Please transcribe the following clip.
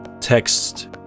text